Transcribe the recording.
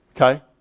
Okay